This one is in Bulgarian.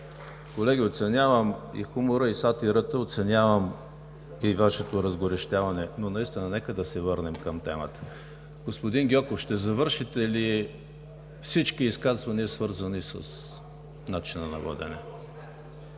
Колеги, оценявам и хумора, и сатирата, оценявам и Вашето разгорещяване, но наистина нека да се върнем към темата. Господин Гьоков, ще завършите ли всички изказвания, свързани с начина на водене?